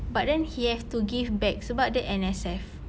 but then he have to give back sebab dia N_S_F